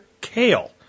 Kale